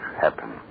happen